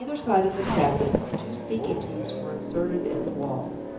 on either side of the cabinet two speaking-tubes were inserted in the wall,